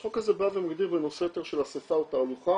יש חוק כזה שבא ומגדיר בנושא של אסיפה או תהלוכה